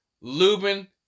Lubin